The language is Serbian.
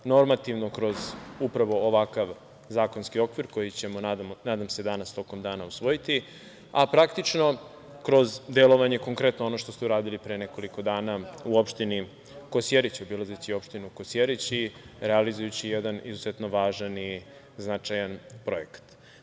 Normativno kroz upravo ovakav zakonski okvir koji ćemo nadam se danas tokom dana usvojiti, a praktično kroz delovanje konkretno ono što ste uradili pre nekoliko dana u opštini Kosjerić, obilazeći opštinu Kosjerić i realizujući jedan izuzetno važan i značajan projekat.